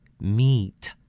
Meet